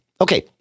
Okay